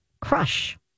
Crush